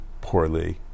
poorly